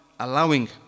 Allowing